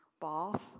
bath